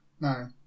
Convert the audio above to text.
no